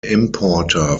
importer